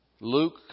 Luke